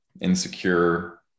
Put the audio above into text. insecure